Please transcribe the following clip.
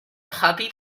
puppy